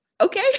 okay